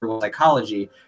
psychology